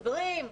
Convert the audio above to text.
חברים,